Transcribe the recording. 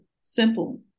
simple